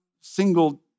single